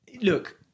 Look